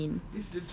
that so mean